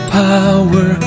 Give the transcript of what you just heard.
power